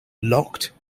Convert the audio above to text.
locked